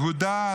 יהודה,